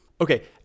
Okay